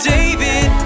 David